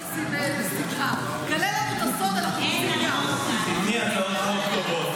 הכנסת כץ, כל הטרומיות שלך עולות בשמחה.